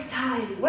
time